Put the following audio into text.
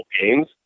games